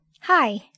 Hi